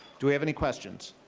do we have any questions?